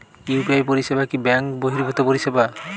UPI পরিসেবা কি bank বর্হিভুত পরিসেবা?